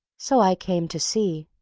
so i came to see.